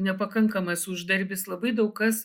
nepakankamas uždarbis labai daug kas